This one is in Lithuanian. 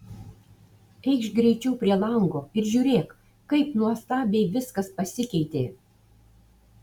eikš greičiau prie lango ir žiūrėk kaip nuostabiai viskas pasikeitė